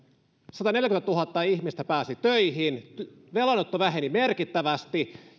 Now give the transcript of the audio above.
sataneljäkymmentätuhatta ihmistä pääsi töihin velanotto väheni merkittävästi